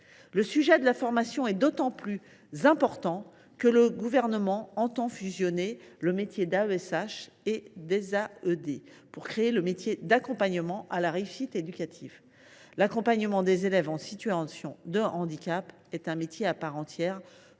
Le sujet de la formation est d’autant plus important que le Gouvernement entend fusionner les métiers d’AESH et d’AED pour créer le métier d’accompagnement à la réussite éducative. L’accompagnement des élèves en situation de handicap est un métier à part entière,